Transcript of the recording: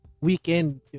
weekend